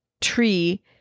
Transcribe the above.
tree